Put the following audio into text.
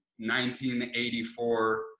1984